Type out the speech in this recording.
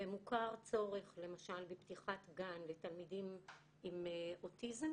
ומוכר צורך למשל בפתיחת גן לתלמידים עם אוטיזם,